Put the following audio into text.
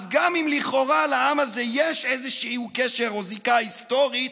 גם אם לכאורה לעם הזה יש איזשהו קשר או זיקה היסטורית,